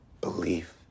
Belief